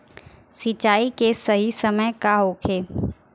सिंचाई के सही समय का होखे?